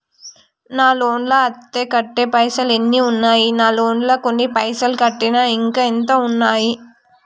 నా లోన్ లా అత్తే కట్టే పైసల్ ఎన్ని ఉన్నాయి నా లోన్ లా కొన్ని పైసల్ కట్టిన ఇంకా ఎంత ఉన్నాయి?